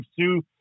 Sue